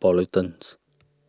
pollutant